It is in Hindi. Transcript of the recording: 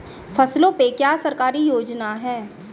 फसलों पे क्या सरकारी योजना है?